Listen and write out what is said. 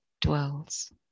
dwells